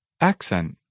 Accent